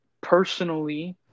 personally